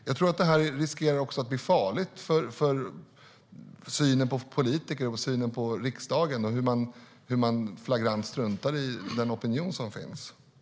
Jag tror att det riskerar att bli farligt för synen på politiker och på riksdagen om man flagrant struntar i den opinion som finns. Hur ser du på det?